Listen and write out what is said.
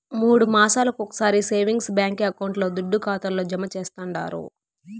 మూడు మాసాలొకొకసారి సేవింగ్స్ బాంకీ అకౌంట్ల దుడ్డు ఖాతాల్లో జమా చేస్తండారు